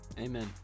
Amen